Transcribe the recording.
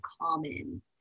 common